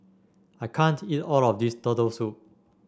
I can't eat all of this Turtle Soup